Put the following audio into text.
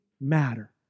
matter